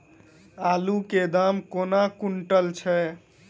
आलु केँ दाम केना कुनटल छैय?